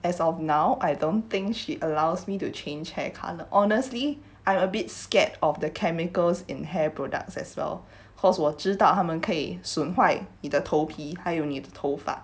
as of now I don't think she allows me to change hair colour honestly I'm a bit scared of the chemicals in hair products as well cause 我知道他们可以损坏你的头皮还有你的头发